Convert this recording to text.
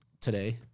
today